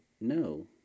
no